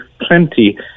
plenty